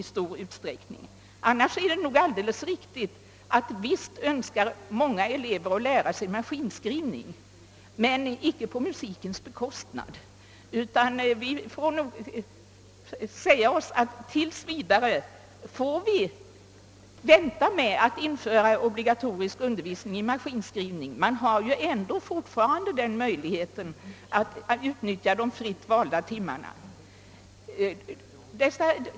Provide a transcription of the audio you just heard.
Annars är det nog alldeles riktigt att många elever önskar lära sig maskinskrivning, men icke på musikens bekostnad. Tills vidare får vi vänta med att införa obligatorisk undervisning i maskinskrivning. Man har ju ändå fortfarande möjlighet att utnyttja de timmar som står till förfogande för fritt valt arbete.